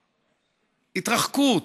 התרחקות,